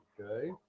Okay